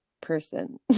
person